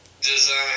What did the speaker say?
design